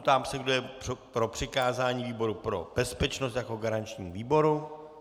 Ptám se, kdo je pro přikázání výboru pro bezpečnost jako garančnímu výboru.